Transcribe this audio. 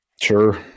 Sure